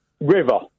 river